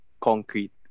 concrete